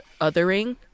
othering